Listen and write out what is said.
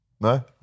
no